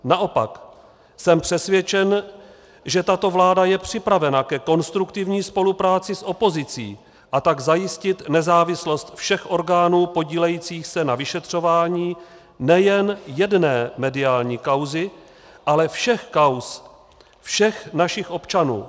Naopak, jsem přesvědčen, že tato vláda je připravena ke konstruktivní spolupráci s opozicí, a tak zajistit nezávislost všech orgánů podílejících se na vyšetřování nejen jedné mediální kauzy, ale všech kauz všech našich občanů.